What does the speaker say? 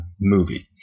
movie